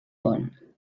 pont